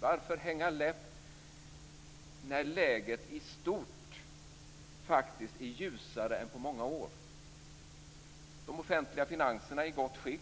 Varför hänga läpp när läget i stort faktiskt är ljusare än på många år? De offentliga finanserna är i gott skick.